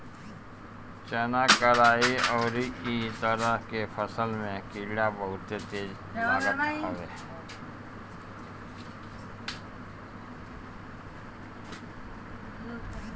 चना, कराई अउरी इ तरह के फसल में कीड़ा बहुते तेज लागत हवे